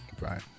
Right